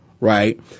Right